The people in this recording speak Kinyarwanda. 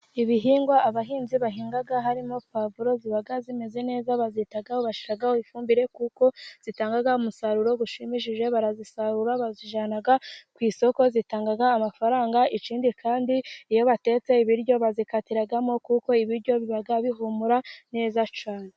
Ibihingwa abahinzi bahinga harimo puwavuro ziba zimeze neza. Bazitaho, bashiraho ifumbire kuko zitanga umusaruro ushimishije. Barazisarura bazijyana ku isoko, zitanga amafaranga. Ikindi kandi iyo batetse ibiryo bazikatiramo kuko ibiryo biba bihumura neza cyane.